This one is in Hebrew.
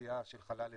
התעשייה של חלל אזרחי.